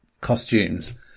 costumes